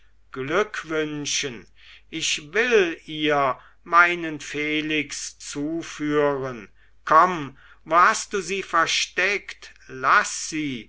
wünschen ich will ihr meinen felix zuführen komm wo hast du sie versteckt laß sie